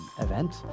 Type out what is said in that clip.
event